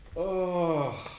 o